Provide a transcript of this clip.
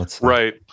right